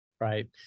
Right